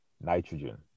nitrogen